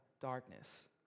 darkness